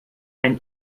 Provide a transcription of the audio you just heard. ein